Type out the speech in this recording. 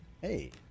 Hey